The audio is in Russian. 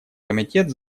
комитет